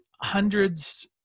hundreds